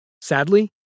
Sadly